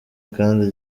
kandi